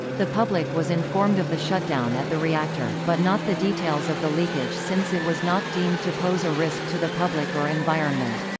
the public was informed of the shutdown at the reactor, but not the details of the leakage since it was not deemed to pose a risk to the public or environment.